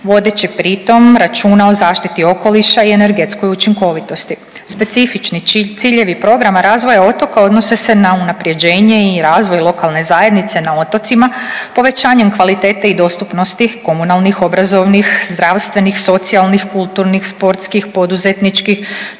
vodeći pritom računa o zaštiti okoliša i energetskoj učinkovitosti. Specifični ciljevi Programa razvoja otoka odnose se na unaprjeđenje i razvoj lokalne zajednice na otocima povećanjem kvalitete i dostupnosti komunalnih, obrazovnih, zdravstveni, socijalnih, kulturnih, sportskih, poduzetničkih,